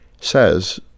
says